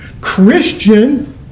Christian